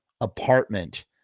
apartment